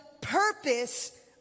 purpose